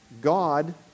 God